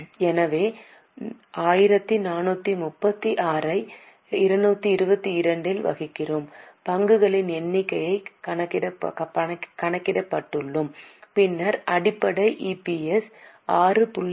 எனவே 1436 ஐ 222 ஆல் வகுக்கிறோம் பங்குகளின் எண்ணிக்கையை கணக்கிட்டுள்ளோம் பின்னர் அடிப்படை இபிஎஸ்ஸை 6